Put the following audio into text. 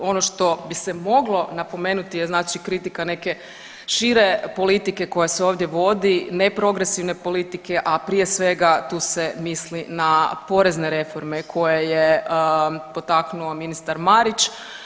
Ono što bi se moglo napomenuti je, znači kritika neke šire politike koja se ovdje vodi ne progresivne politike, a prije svega tu se misli na porezne reforme koje je potaknuo ministar Marić.